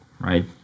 right